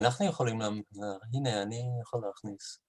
אנחנו יכולים לה... הנה, אני יכול להכניס.